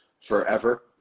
forever